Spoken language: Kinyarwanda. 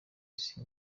isi